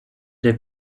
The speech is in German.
der